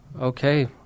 Okay